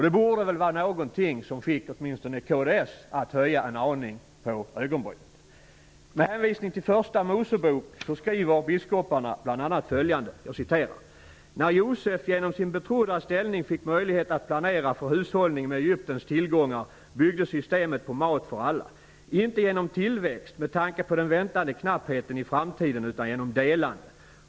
Det borde väl vara något som åtminstone får kds ledamöter att en aning höja på ögonbrynen. Med hänvisning till första Mosebok skriver biskoparna bl.a. följande: ''När Josef genom sin betrodda ställning fick möjlighet att planera för hushållningen med Egyptens tillgångar byggde systemet på mat för alla. Inte genom tillväxt, med tanke på den väntade knappheten i framtiden, utan genom delande.